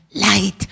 light